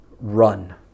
run